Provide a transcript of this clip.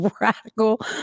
radical